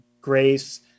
grace